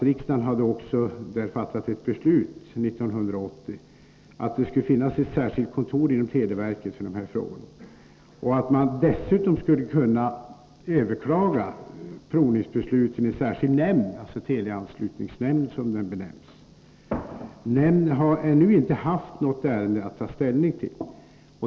Riksdagen fattade ett beslut 1980 om att det skulle finnas ett särskilt kontor inom televerket för sådana frågor. Dessutom skulle man kunna överklaga provningsbeslut i en särskild nämnd, teleanslutningsnämnden. Nämnden har ännu inte haft något ärende att ta ställning till.